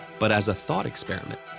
but as a thought experiment,